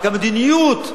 רק המדיניות,